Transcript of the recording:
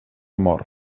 mor